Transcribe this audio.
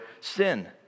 sin